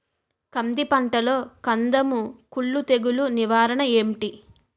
కంది పంటలో కందము కుల్లు తెగులు నివారణ ఏంటి?